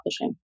publishing